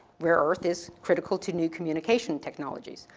rare earth is critical to new communication technologies.